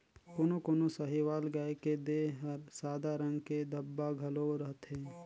कोनो कोनो साहीवाल गाय के देह हर सादा रंग के धब्बा घलो रहथे